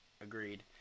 Agreed